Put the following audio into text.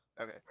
Okay